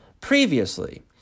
previously